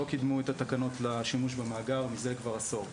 לא קידמו את התקנות לשימוש במאגר מזה כבר עשור.